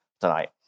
tonight